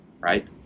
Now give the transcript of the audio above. right